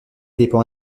dépend